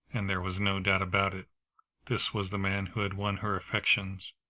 and there was no doubt about it this was the man who had won her affections.